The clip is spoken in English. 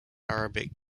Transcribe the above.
arabic